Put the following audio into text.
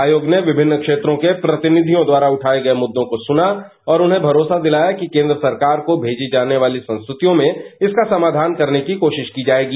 आयोग ने विभिन्न क्षेत्रों के प्रतिनिधियों द्वारा रठाए गए मुद्दों को सुना और उन्हें भरोसा दिया कि केंद्र सरकार को भंजी जाने वाली संस्तृतियों में इसका समाधान करने की कोशिश की जाएगी